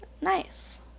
nice